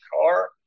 car